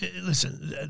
listen